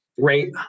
great